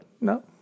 No